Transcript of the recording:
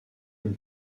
une